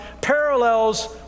parallels